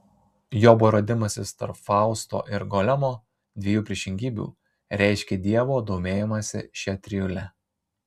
jobo radimasis tarp fausto ir golemo dviejų priešingybių reiškia dievo domėjimąsi šia trijule